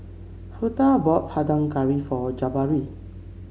Huldah bought Panang Curry for Jabari